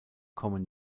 kommen